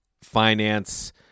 finance